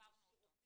עברנו אותו.